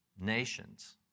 nations